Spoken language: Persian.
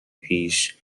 پیش